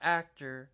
actor